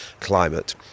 climate